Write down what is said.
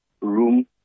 room